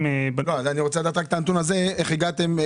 --- אני רוצה לדעת איך הגעתם לנתון הזה.